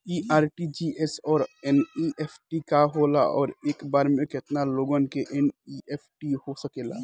इ आर.टी.जी.एस और एन.ई.एफ.टी का होला और एक बार में केतना लोगन के एन.ई.एफ.टी हो सकेला?